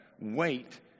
Wait